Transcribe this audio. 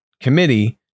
committee